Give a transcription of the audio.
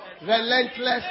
relentless